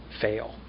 fail